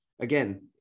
Again